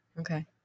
okay